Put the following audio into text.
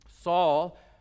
Saul